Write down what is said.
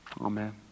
Amen